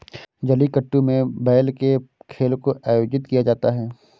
जलीकट्टू में बैल के खेल को आयोजित किया जाता है